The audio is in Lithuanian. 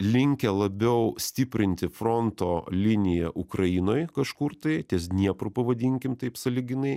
linkę labiau stiprinti fronto liniją ukrainoj kažkur tai ties dniepru pavadinkim taip sąlyginai